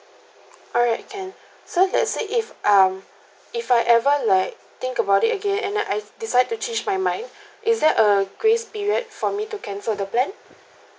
alright can so let's say if um if I ever like think about it again and I I decide to change my mind is there a grace period for me to cancel the plan